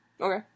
Okay